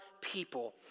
people